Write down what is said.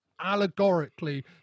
allegorically